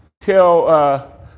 tell